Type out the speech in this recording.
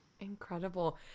incredible